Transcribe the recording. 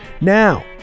Now